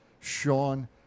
Sean